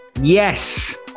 Yes